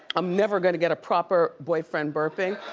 i'm never gonna get a proper boyfriend burping.